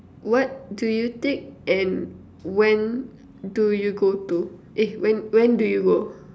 what do you take and when do you go to eh when when do you go